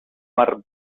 marc